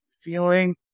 feeling